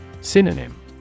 Synonym